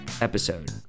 episode